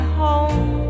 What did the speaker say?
home